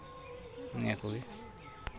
ᱱᱤᱭᱟᱹ ᱠᱚᱜᱮ